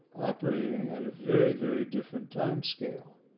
operating at a very, very different timescale.